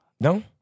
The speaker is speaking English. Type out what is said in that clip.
No